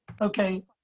okay